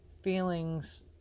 feelings